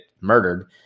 murdered